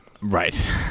Right